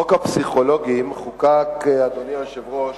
חוק הפסיכולוגים חוקק, אדוני היושב-ראש,